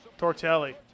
Tortelli